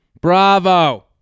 Bravo